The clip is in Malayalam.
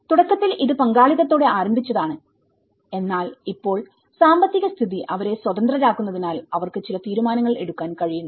തുടക്കത്തിൽഇത് പങ്കാളിത്തത്തോടെ ആരംഭിച്ചതാണ് എന്നാൽ ഇപ്പോൾ സാമ്പത്തിക സ്ഥിതി അവരെ സ്വതന്ത്രരാക്കുന്നതിനാൽ അവർക്ക് ചില തീരുമാനങ്ങൾ എടുക്കാൻ കഴിയുന്നു